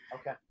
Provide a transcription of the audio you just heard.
Okay